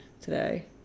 today